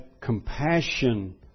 compassion